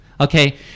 Okay